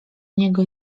niego